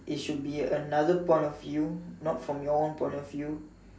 it should be another point of view not from your own point of view